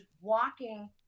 walking